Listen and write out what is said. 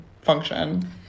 function